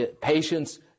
Patients